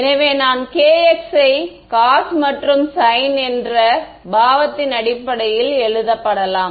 எனவே நான் K x ஐ cos மற்றும் sin என்ற பாவத்தின் அடிப்படையில் எழுதப்படலாம்